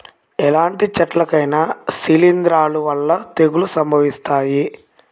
ఎలాంటి చెట్లకైనా శిలీంధ్రాల వల్ల తెగుళ్ళు సంభవిస్తాయి